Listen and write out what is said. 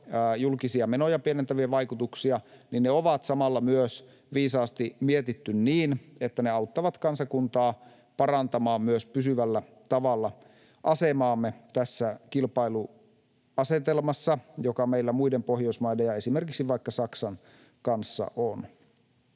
julkisia menoja pienentäviä vaikutuksia — on samalla myös viisaasti mietitty niin, että ne auttavat kansakuntaa parantamaan pysyvällä tavalla asemaamme tässä kilpailuasetelmassa, joka meillä muiden Pohjoismaiden ja esimerkiksi vaikka Saksan kanssa on.